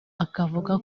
akavuga